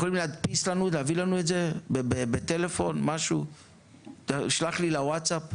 או להביא בטלפון או לשלוח אליי בווטצאפ?